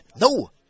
No